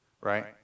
right